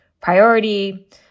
priority